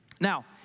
Now